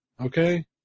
Okay